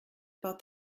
about